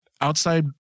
outside